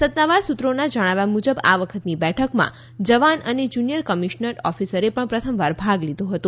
સત્તાવાર સુત્રોના જણાવ્યા મુજબ આ વખતની બેઠકમાં જવાન અને જુનીયર કમીશન્ડ ઓફીસરે પણ પ્રથમવાર ભાગ લીધો હતો